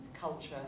culture